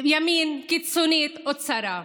ימין קיצונית או צרה.